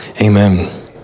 Amen